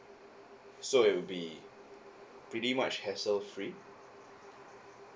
so it'll be pretty much hassle free